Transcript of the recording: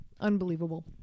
unbelievable